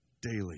daily